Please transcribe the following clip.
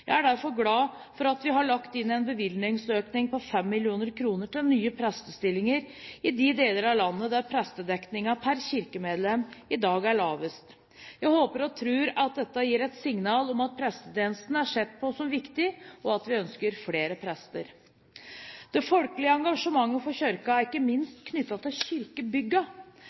Jeg er derfor glad for at vi har lagt inn en bevilgingsøkning på 5 mill. kr til nye prestestillinger i de deler av landet der prestedekningen per kirkemedlem i dag er lavest. Jeg håper og tror at dette gir et signal om at prestetjenesten er sett på som viktig, og at vi ønsker flere prester. Det folkelige engasjementet for Kirken er ikke minst knyttet til